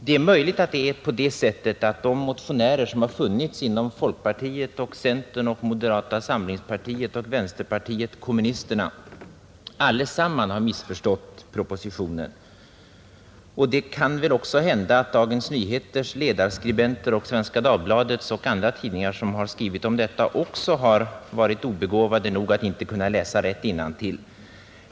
Det är möjligt att de motionärer som har funnits inom folkpartiet och centern och moderata samlingspartiet och vänsterpartiet kommunisterna allesammans har missförstått propositionen, och det kan väl också hända att ledarskribenterna i Dagens Nyheter och Svenska Dagbladet och andra tidningar som har skrivit om detta också har varit obegåvade nog att inte kunna läsa rätt innantill.